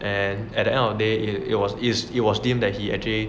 and at the end of the day it it was his it was was deemed that he actually